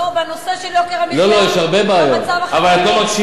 לא, בנושא של יוקר המחיה, במצב החברתי.